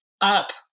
up